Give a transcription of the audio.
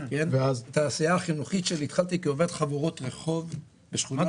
את העשייה החינוכית שלי התחלתי כעובד חבורות רחוב בשכונת מקור ברוך.